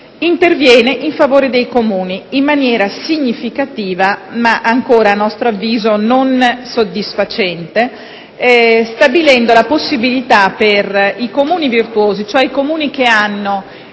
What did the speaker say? interviene in favore dei Comuni in maniera significativa, ma ancora - a nostro avviso - non soddisfacente, stabilendo la possibilità per le Amministrazioni virtuose, cioè quelle che hanno